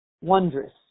Wondrous